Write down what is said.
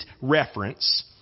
Reference